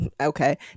okay